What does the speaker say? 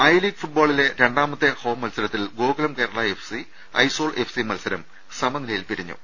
I League ഫുട്ബോളിലെ രണ്ടാമത്തെ home മത്സ രത്തിൽ Gokulam Kerala F C Aizawl F C മത്സരം സമനിലയിൽ പിരിഞ്ഞു